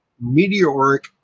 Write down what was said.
meteoric